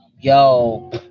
yo